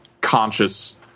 conscious